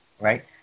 right